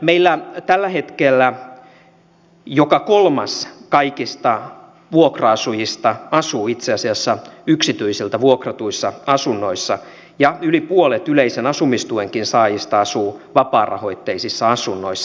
meillä tällä hetkellä joka kolmas kaikista vuokra asujista asuu itse asiassa yksityisiltä vuokratuissa asunnoissa ja yli puolet yleisen asumistuen saajistakin asuu vapaarahoitteisissa asunnoissa